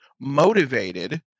motivated